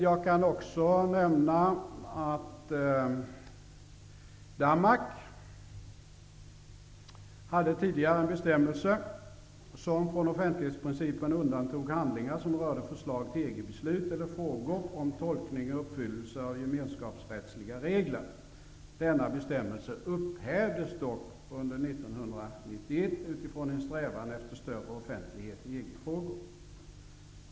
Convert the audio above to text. Jag kan också nämna att Danmark tidigare hade en bestämmelse som från offentlighetsprincipen undantog handlingar som rörde förslag till EG beslut eller frågor om tolkning och uppfyllelse av gemenskapsrättsliga regler. Denna bestämmelse upphävdes dock under 1991 utifrån en strävan efter större offentlighet i EG-frågor.